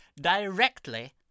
directly